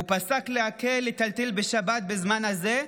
הוא פסק להקל לטלטל בשבת בזמן הזה,